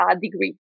degree